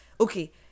okay